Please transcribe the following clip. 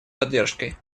поддержкой